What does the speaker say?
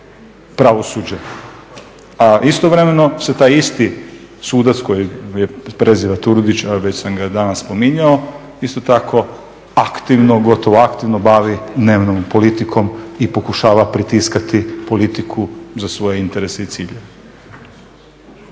pravosuđe, a istovremeno se taj isti sudac koji se preziva Turudić, a već sam ga danas spominjao, isto tako aktivno, gotovo aktivno bavi dnevnom politikom i pokušava pritiskati politiku za svoje interese i ciljeve.